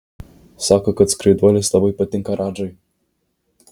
sako kad skraiduolis labai patinka radžai